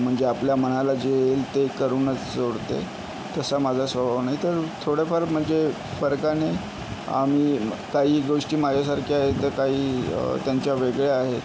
म्हणजे आपल्या मनाला जे येईल ते करूनच सोडते तसा माझा स्वभाव नाही तर थोडंफार म्हणजे फरकाने आम्ही काही गोष्टी माझ्यासारख्या आहे तर काही त्यांच्या वेगळ्या आहेत